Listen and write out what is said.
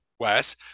Wes